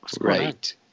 Right